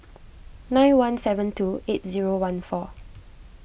nine one seven two eight zero one four